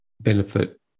benefit